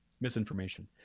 misinformation